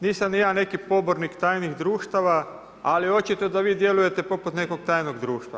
Nisam ni ja neki pobornik tajnih društava ali očito da vi djelujete poput nekog tajnog društva.